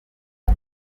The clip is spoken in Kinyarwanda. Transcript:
bwa